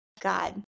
God